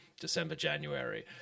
December-January